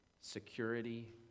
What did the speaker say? security